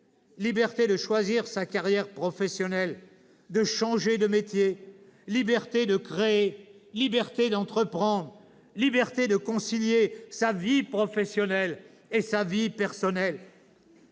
liberté de choisir sa carrière professionnelle, de changer de métier, liberté de créer, liberté d'entreprendre, liberté de concilier sa vie professionnelle et sa vie personnelle.